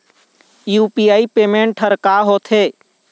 UPI payment हर का होते?